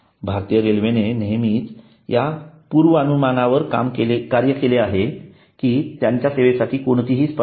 भारतीय रेल्वेने नेहमीच या पूर्वानुमानावर कार्य केले आहे कि त्यांच्या सेवांसाठी कोणतीही स्पर्धा नाही